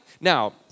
Now